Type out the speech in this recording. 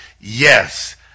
Yes